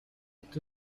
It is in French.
est